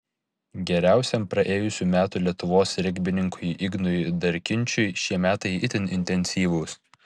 geriausiam praėjusių metų lietuvos regbininkui ignui darkinčiui šie metai itin intensyvūs